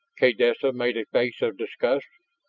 kaydessa made a face of disgust.